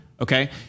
okay